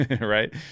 right